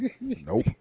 Nope